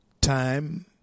time